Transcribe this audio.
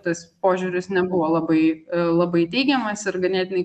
tas požiūris nebuvo labai labai teigiamas ir ganėtinai